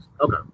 Okay